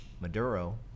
Maduro